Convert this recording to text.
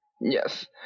Yes